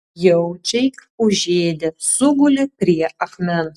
jaučiai užėdę sugulė prie akmens